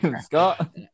Scott